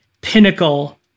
pinnacle